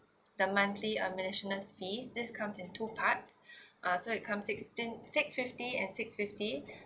the monthly uh management fees this comes in two part uh so it comes sixteen six fifty and six fifty